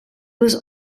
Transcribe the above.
was